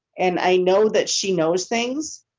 and i know that she knows things.